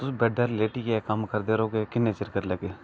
तुस बेड़े उप्पर लेटी ऐ कम्म करदे रौहगे ते किन्ने चिर करी लैगे